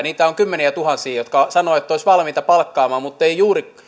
niitä on kymmeniätuhansia yrittäjiä jotka sanovat että olisivat valmiita palkkaamaan mutta eivät juuri